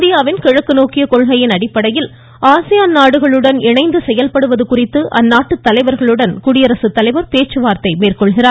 இந்தியாவின் கிழக்கு நோக்கிய கொள்கையின் அடிப்படையில் ஆசியான் நாடுகளுடன் இணைந்து செயல்படுவது குறித்து அந்நாட்டு தலைவர்களுடன் குடியரசுத் தலைவர் பேச்சுவார்த்தை மேற்கொள்கிறார்